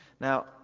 Now